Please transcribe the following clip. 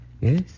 Yes